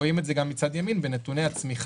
רואים את זה גם מצד ימין בנתוני הצמיחה.